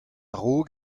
raok